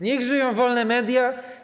Niech żyją wolne media!